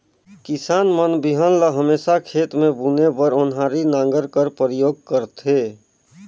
किसान मन बीहन ल हमेसा खेत मे बुने बर ओन्हारी नांगर कर परियोग करथे